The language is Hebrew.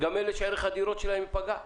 אלא גם את אלה שערך הדירות שלהם ייפגע.